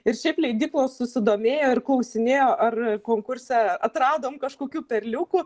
ir šiaip leidyklos susidomėjo ir klausinėjo ar konkurse atradom kažkokių perliukų